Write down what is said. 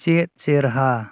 ᱪᱮᱫ ᱪᱮᱦᱨᱟ